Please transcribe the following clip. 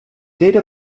data